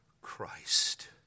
Christ